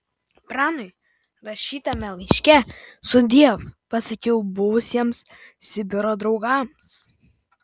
pranui rašytame laiške sudiev pasakiau buvusiems sibiro draugams